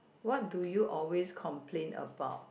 what do you always complain about